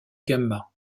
gamma